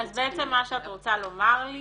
אז בעצם מה שאת רוצה לומר לי